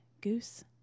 Goose